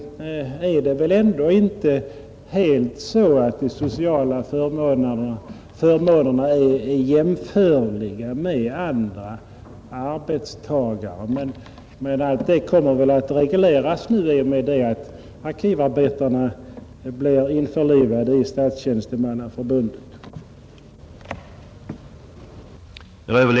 Vidare är det väl ändå inte så att de sociala förmånerna är helt jämförliga med andra arbetstagares förmåner. Men detta kommer väl att regleras genom att arkivarbetarna nu blir införlivade i Statstjänstemannaförbundet.